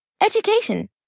education